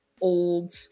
old